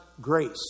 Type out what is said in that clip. grace